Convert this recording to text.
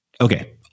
Okay